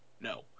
no